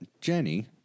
Jenny